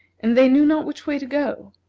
and they knew not which way to go.